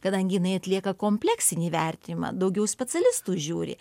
kadangi jinai atlieka kompleksinį vertinimą daugiau specialistų žiūri